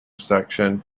section